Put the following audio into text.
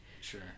Sure